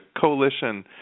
coalition